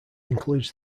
includes